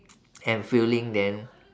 and filling then